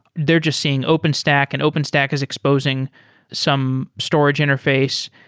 they're just seeing open stack, and open stack is exposing some storage interface,